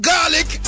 Garlic